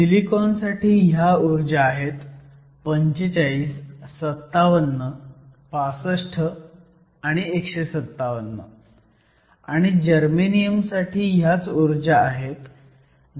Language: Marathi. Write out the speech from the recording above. सिलिकॉनसाठी ह्या ऊर्जा आहेत 45 57 65 157 आणि जर्मेनियम साठी ह्या ऊर्जा आहेत 10